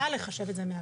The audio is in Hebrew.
חובה לחשב את זה מהמכסה.